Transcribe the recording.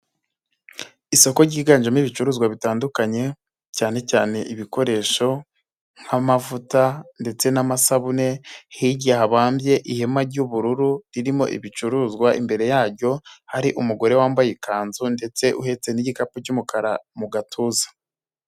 Isoko ryiganjemo ibicuruzwa bitandukanye cyane cyane ibikoresho nk'amavuta ndetse n'amasabune, hirya habambye ihema ry'ubururu ririmo ibicuruzwa imbere yaryo, harimo umugore wambaye ikanzu ndetse uhetse n'igikapu cy'umukara mu gatuza.